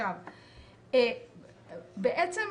כאשר